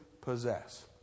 possess